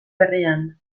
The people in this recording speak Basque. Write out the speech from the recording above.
berrian